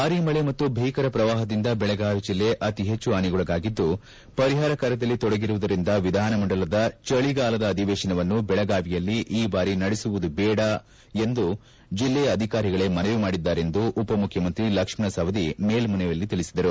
ಭಾರೀ ಮಳೆ ಮತ್ತು ಭೀಕರ ಪ್ರವಾಹದಿಂದ ಬೆಳಗಾವಿ ಜಲ್ಲೆ ಅತಿ ಹೆಚ್ಚು ಪಾನಿಗೊಳಗಾಗಿದ್ದು ಪರಿಹಾರ ಕಾರ್ಯದಲ್ಲಿ ತೊಡಗಿರುವುದರಿಂದ ವಿಧಾನಮಂಡಲದ ಚಳಿಗಾಲದ ಅಧಿವೇಶವನ್ನು ಬೆಳಗಾವಿಯಲ್ಲಿ ಈ ಬಾರಿ ನಡೆಸುವುದು ಬೇಡ ಎಂದು ಜಲ್ಲೆಯ ಅಧಿಕಾರಿಗಳೇ ಮನವಿ ಮಾಡಿದ್ದಾರೆಂದು ಉಪಮುಖ್ಶಮಂತ್ರಿ ಲಕ್ಷ್ಮಣ ಸವದಿ ಮೇಲ್ಮನೆಯಲ್ಲಿಂದು ತಿಳಿಸಿದರು